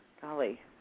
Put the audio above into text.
golly